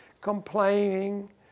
complaining